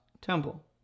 temple